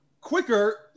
quicker